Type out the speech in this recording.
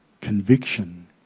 conviction